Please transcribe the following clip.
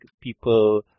people